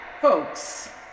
Folks